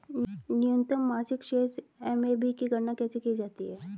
न्यूनतम मासिक शेष एम.ए.बी की गणना कैसे की जाती है?